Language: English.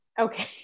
Okay